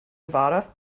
nevada